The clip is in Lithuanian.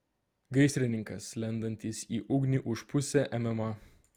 gaisrininkas lendantis į ugnį už pusę mma